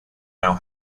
now